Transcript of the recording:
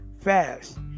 fast